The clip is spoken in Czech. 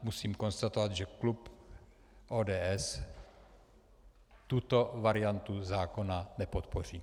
Musím konstatovat, že klub ODS tuto variantu zákona nepodpoří.